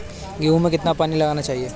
गेहूँ में कितना पानी लगाना चाहिए?